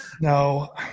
No